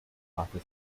disaster